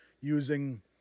using